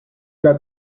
got